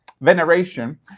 veneration